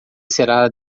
será